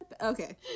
Okay